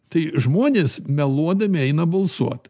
tai žmonės meluodami eina balsuot